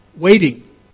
Waiting